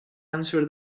answer